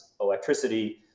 electricity